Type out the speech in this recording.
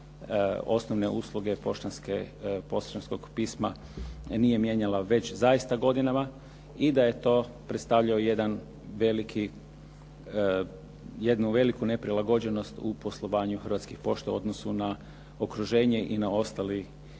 osnovne usluge poštanskog pisma nije mijenjala već zaista godinama i da je to predstavljao jedan veliki, jednu veliku neprilagođenost u poslovanju Hrvatskih pošta u odnosu na okruženje i na ostali